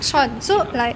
ya